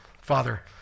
Father